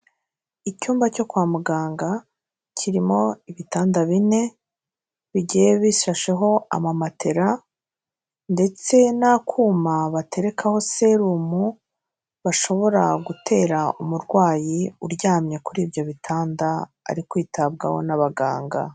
Icyumba cyo kwa muganga kirimo ibitanda bine bigiye bishasheho amamatera ndetse n'akuma baterekaho serumu, bashobora gutera umurwayi uryamye kuri ibyo bitanda, ari kwitabwaho n'abaganga.